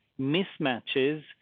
mismatches